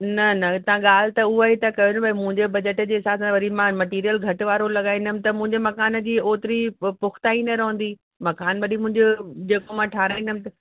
न न तव्हां ॻाल्हि त हूअ ई था कयो न भई मुंहिंजे बजट जे हिसाब सां वरी मां मटिरियल घटि वारो लॻाईंदमि त मुंहिंजे मकान जी ओतिरी हूअ पुकताई न रहंदी मकान वरी मुंहिंजो जेको मां ठहाराईंदमि